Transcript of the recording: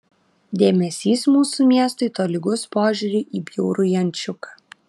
dėmesys mūsų miestui tolygus požiūriui į bjaurųjį ančiuką